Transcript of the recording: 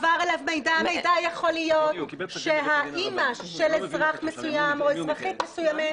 המידע יכול להיות שהאמא של אזרח מסוים או אזרחית מסוימת